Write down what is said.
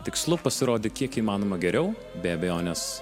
tikslu pasirodyt kiek įmanoma geriau be abejonės